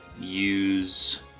use